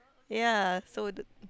ya so the